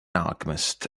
alchemist